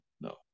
no